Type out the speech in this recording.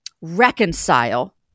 reconcile